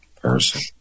person